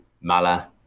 Mala